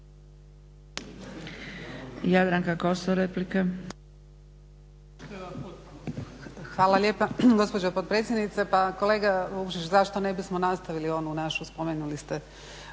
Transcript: Jadranka Kosor, replika.